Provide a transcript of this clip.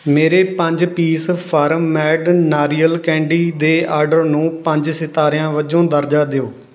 ਮੇਰੇ ਪੰਜ piece farm made ਨਾਰੀਅਲ ਕੈਂਡੀ ਦੇ ਆਡਰ ਨੂੰ ਪੰਜ ਸਿਤਾਰਿਆਂ ਵਜੋਂ ਦਰਜਾ ਦਿਓ